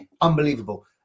Unbelievable